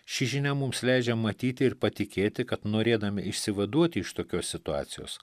ši žinia mums leidžia matyti ir patikėti kad norėdami išsivaduoti iš tokios situacijos